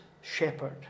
shepherd